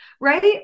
right